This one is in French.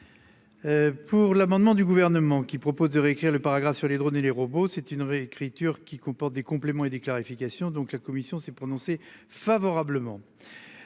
Pour l'amendement du gouvernement qui propose de réécrire le paragraphe sur les drônes et les robots c'est une réécriture qui comporte des compléments et des clarifications. Donc, la commission s'est prononcée favorablement.